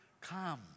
come